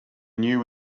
new